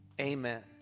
Amen